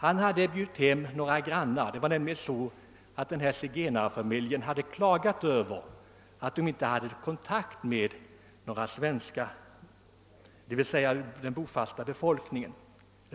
Socialtjänstemannen hade även bjudit hem några grannar, eftersom zigenarfamiljen klagat över att man inte hade någon kontakt med